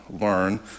learn